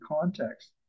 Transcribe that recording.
context